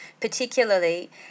particularly